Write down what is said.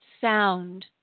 sound